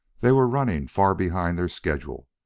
they were running far behind their schedule,